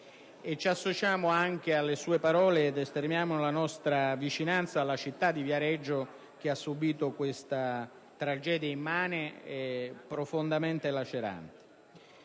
tragedia di Viareggio ed esterniamo la nostra vicinanza alla città di Viareggio, che ha subito questa tragedia immane e profondamente lacerante.